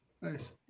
nice